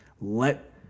let